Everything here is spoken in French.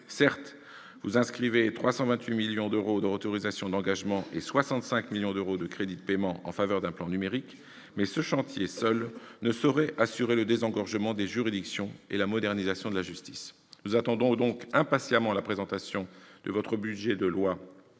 Certes, vous inscrivez 328 millions d'euros d'autorisations d'engagement et 65 millions d'euros de crédits de paiement en faveur d'un plan numérique, mais ce chantier ne saurait, à lui seul, assurer le désengorgement des juridictions et la modernisation de la justice. Nous attendons donc impatiemment la présentation de votre projet de loi